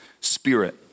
spirit